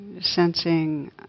Sensing